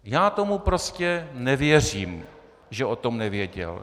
Já tomu prostě nevěřím, že o tom nevěděl.